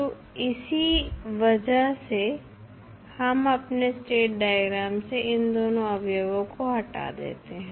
तो इसी इसी वजह से हम अपने स्टेट डायग्राम से इन दोनों अवयवों को हटा देते हैं